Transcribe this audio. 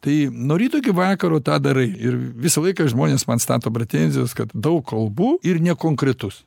tai nuo ryto iki vakaro tą darai ir visą laiką žmonės man stato pretenzijas kad daug kalbu ir nekonkretus